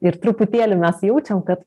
ir truputėlį mes jaučiam kad